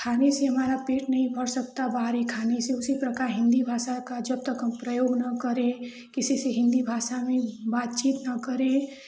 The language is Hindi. खाने के द्वारा पेट नहीं भर सकता बाहरी खाने से उसी प्रकार हिन्दी भाषा का जब तक हम प्रयोग न करें किसी से हिन्दी भाषा में बातचीत न करें